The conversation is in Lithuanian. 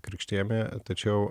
krikštijami tačiau